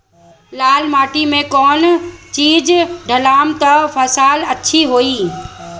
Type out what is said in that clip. लाल माटी मे कौन चिज ढालाम त फासल अच्छा होई?